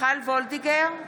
מיכל וולדיגר,